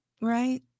right